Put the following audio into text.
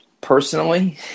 Personally